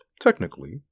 technically